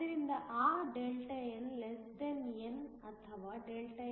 ಆದ್ದರಿಂದ ಆ Δn n ಅಥವಾ Δn nND